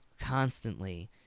constantly